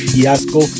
Fiasco